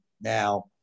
now